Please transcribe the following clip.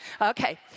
Okay